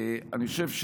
אני חושב,